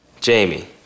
Jamie